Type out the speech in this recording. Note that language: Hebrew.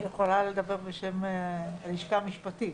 אני יכולה לדבר בשם הלשכה המשפטית.